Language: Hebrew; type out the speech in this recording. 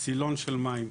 סילון של מים.